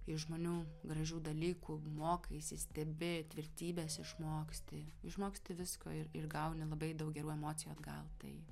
iš žmonių gražių dalykų mokaisi stebi tvirtybės išmoksti išmoksti visko ir ir gauni labai daug gerų emocijų atgal tai